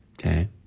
Okay